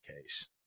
case